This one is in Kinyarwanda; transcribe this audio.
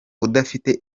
udafite